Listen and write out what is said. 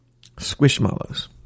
Squishmallows